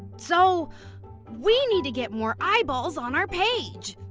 so we need to get more eyeballs on our page.